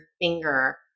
finger